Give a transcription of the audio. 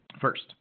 First